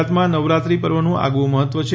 ગુજરાતમાં નવરાત્રી પર્વનું આગવું મહત્વ છે